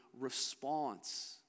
response